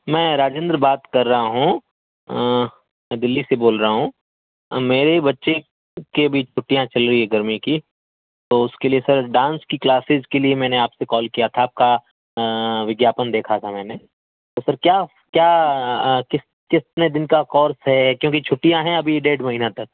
میں راجندر بات کر رہا ہوں میں دلّی سے بول رہا ہوں اور میری بچی کی ابھی چھٹیاں چل رہی ہے گرمی کی تو اس کے لیے سر ڈانس کی کلاسز کے لیے میں نے آپ سے کال کیا تھا آپ کا وگیاپن دیکھا تھا میں نے تو سر کیا کیا کتنے دن کا کورس ہے کیونکہ چھٹیاں ہیں ابھی ڈیڑھ مہینہ تک